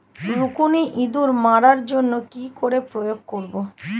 রুকুনি ইঁদুর মারার জন্য কি করে প্রয়োগ করব?